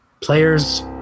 Players